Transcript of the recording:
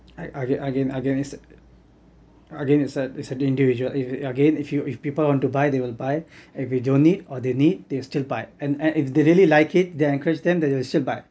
I again again again it's again it's the individual again if you if people want to buy they will buy if they don't need or they need they still buy and and if they really like it they are encouraged then they'll still buy